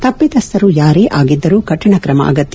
ತಪ್ಪಿತಸ್ಥರು ಯಾರೇ ಆಗಿದ್ದರೂ ಕರಿಣ ಕ್ರಮ ಅಗತ್ಯ